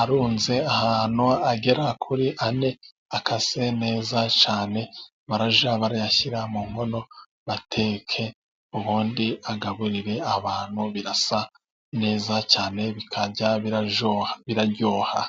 arunze ahantu agera kuri ane, akase neza cane barajya barayashyira mu nkono bateke ubundi agaburire abantu birasa neza cyane bikajya biraryoha.